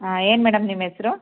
ಹಾಂ ಏನು ಮೇಡಮ್ ನಿಮ್ಮ ಹೆಸ್ರು